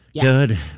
Good